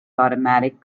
automatic